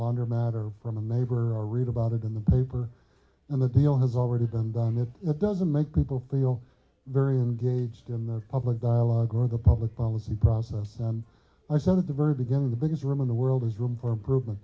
matter from a neighbor or read about it in the paper and the deal has already been done that it doesn't make people feel very engaged in the public dialogue or the public policy process and i said at the very beginning the biggest room in the world is room for improvement